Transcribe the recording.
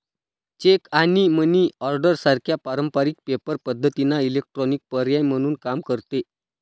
check आणि money order सारख्या पारंपारिक पेपर पद्धतींना इलेक्ट्रॉनिक पर्याय म्हणून काम करते